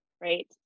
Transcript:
right